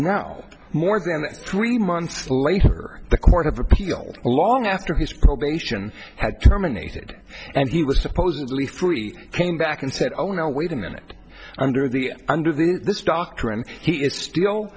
now more than three months later the court of appeal along after his probation had terminated and he was supposedly three came back and said oh no wait a minute under the under the this doctrine he is still